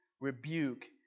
rebuke